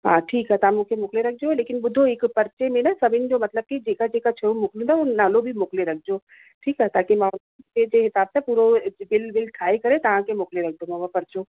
हा ठीकु आहे तव्हां मूंखे मोकिले रखिजो लेकिन ॿुधो हिक पर्चे में सभिनि जो मतिलब की जेका जेका कजो मोकिलिंदव उनजो नालो बि मोकिले रखिजो ठीकु आहे ताकि मां पंहिंजे हिसाब सां पूरो बिल विल ठाहे करे तव्हांखे मोकिले रखिदोमाव पर्चो